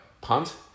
Punt